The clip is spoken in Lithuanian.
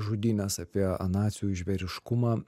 žudynes apie nacių žvėriškumą